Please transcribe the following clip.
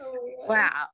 wow